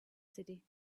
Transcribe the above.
city